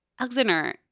Alexander